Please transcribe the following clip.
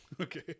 Okay